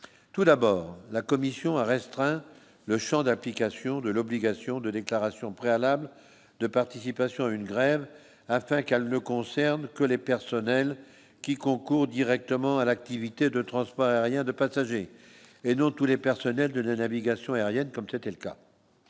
tout d'abord, la commission a restreint le Champ d'application de l'obligation de déclaration préalable de participation à une grève afin qu'elle ne concerne que les personnels qui concourent directement à l'activité de transport aérien de passagers et de tous les personnels de la navigation aérienne, comme c'était le cas,